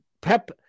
Pep